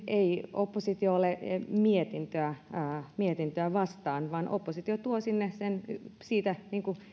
ei oppositio ole mietintöä mietintöä vastaan vaan oppositio tuo sinne siitä